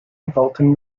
vaulting